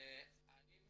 האם